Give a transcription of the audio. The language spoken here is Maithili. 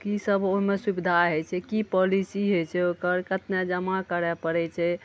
की सब ओहिमे सुबिधा होइ छै की पॉलिसी होइ छै ओकर कतेक जमा करए पड़ै छै